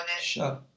Sure